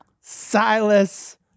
Silas